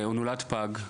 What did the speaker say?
הוא נולד פג,